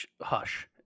Hush